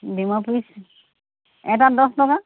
ডিমৰ পিচ এটাত দহ টকা